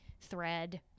Thread